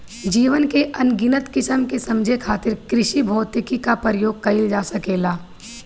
जीवन के अनगिनत किसिम के समझे खातिर कृषिभौतिकी क प्रयोग कइल जा सकेला